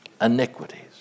iniquities